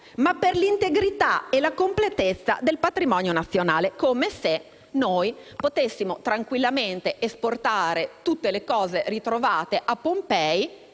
ma per l'integrità e la completezza del patrimonio nazionale, come se noi potessimo tranquillamente esportare tutte le cose ritrovate a Pompei